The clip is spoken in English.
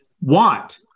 want